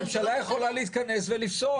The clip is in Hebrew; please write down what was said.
הממשלה יכולה להתכנס ולפסול.